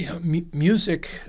music